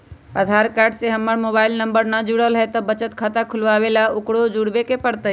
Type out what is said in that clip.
आधार card से हमर mobile number न जुरल है त बचत खाता खुलवा ला उकरो जुड़बे के पड़तई?